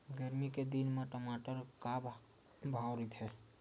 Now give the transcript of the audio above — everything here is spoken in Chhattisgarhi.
गरमी के दिन म टमाटर का भाव रहिथे?